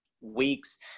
weeks